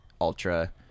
ultra